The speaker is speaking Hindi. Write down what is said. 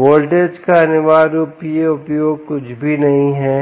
वोल्टेज का अनिवार्य रूप से उपयोग कुछ भी नहीं है